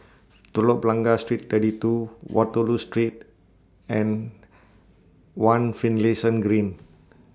Telok Blangah Street thirty two Waterloo Street and one Finlayson Green